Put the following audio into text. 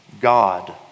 God